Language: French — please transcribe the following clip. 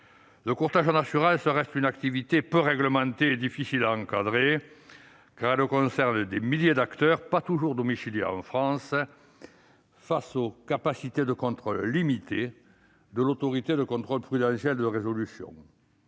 Le courtage en assurance reste une activité peu réglementée et difficile à encadrer, car elle concerne des milliers d'acteurs, pas toujours domiciliés en France, face aux capacités de contrôle limitées de l'Autorité de contrôle prudentiel et de résolution.